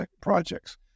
projects